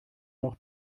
noch